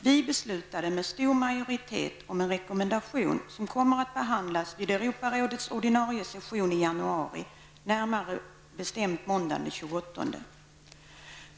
Vi beslutade med stor majoritet om en rekommendation som kommer att behandlas vid Europarådets ordinarie session i januari, närmare bestämt måndagen den 28 januari.